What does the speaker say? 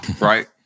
right